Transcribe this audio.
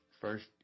first